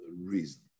reason